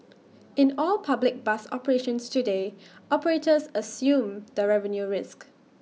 in all public bus operations today operators assume the revenue risk